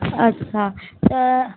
अच्छा तर